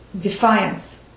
defiance